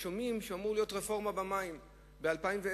שומעים שאמורה להיות רפורמה במים ב-2010,